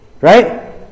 Right